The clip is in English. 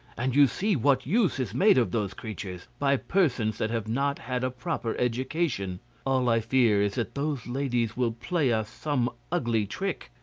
and you see what use is made of those creatures, by persons that have not had a proper education all i fear is that those ladies will play us some ugly trick.